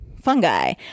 fungi